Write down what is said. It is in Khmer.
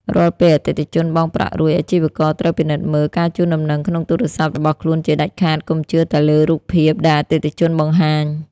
រាល់ពេលអតិថិជនបង់ប្រាក់រួច អាជីវករត្រូវពិនិត្យមើល ការជូនដំណឹងក្នុងទូរស័ព្ទ របស់ខ្លួនជាដាច់ខាត កុំជឿតែលើរូបភាព ដែលអតិថិជនបង្ហាញ។